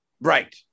Right